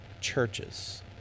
churches